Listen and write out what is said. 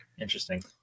interesting